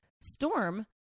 storm